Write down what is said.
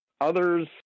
Others